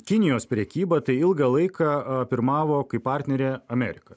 kinijos prekybą tai ilgą laiką a pirmavo kai partnerė amerika